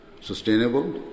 sustainable